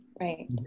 Right